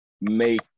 make